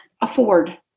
afford